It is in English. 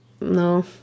No